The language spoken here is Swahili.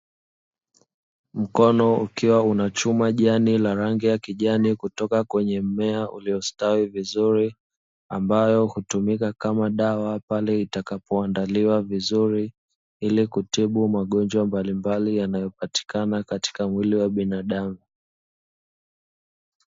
Mkono ukiwa unachuma jani la rangi ya kijani kutoka kwenye mmea uliostawi vizuri, ambayo hutumika kama dawa pale itakapoandaliwa vizuri, ili kutibu magonjwa mbalimbali yanayopatikana katika mwili wa binadamu.